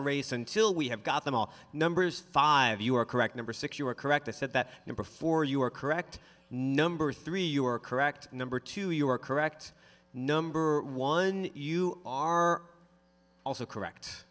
race until we have got them all numbers five you are correct number six you are correct i said that number four you are correct number three you are correct number two you are correct number one you are also correct